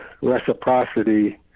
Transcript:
reciprocity